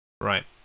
Right